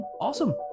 awesome